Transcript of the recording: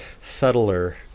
Subtler